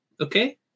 Okay